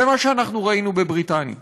זה מה שאנחנו ראינו בבריטניה.